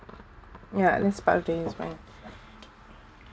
ya that's part of the